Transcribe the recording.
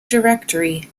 directory